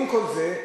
עם כל זה,